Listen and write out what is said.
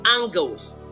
angles